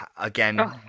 again